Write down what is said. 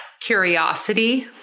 curiosity